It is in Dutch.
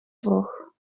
trog